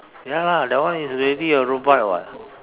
ya lah that one is already a robot [what]